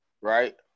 right